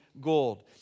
gold